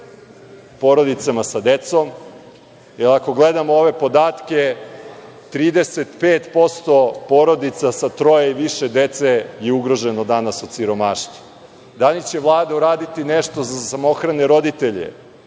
porodicama sa decom? Ako gledamo ove podatke 35% porodica sa troje i više dece je ugroženo danas od siromaštva. Da li će Vlada uraditi nešto za samohrane roditelje,